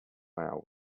vow